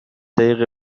دقیقه